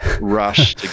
rush